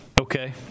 Okay